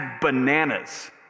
bananas